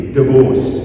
divorce